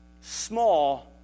small